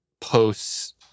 posts